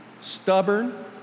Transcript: Stubborn